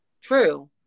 True